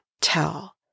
tell